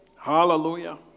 Hallelujah